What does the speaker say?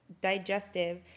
digestive